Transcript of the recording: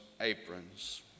aprons